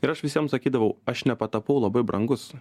ir aš visiems sakydavau aš nepatapau labai brangus